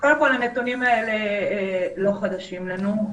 קודם כל, הנתונים האלה לא חדשים לנו.